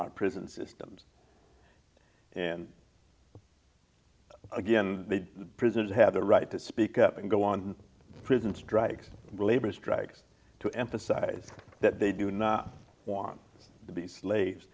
our prison systems and again prisoners have a right to speak up and go on prison strikes labor strikes to emphasize that they do not want to be slaves